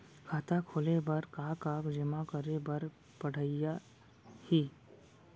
खाता खोले बर का का जेमा करे बर पढ़इया ही?